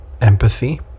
empathy